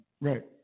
right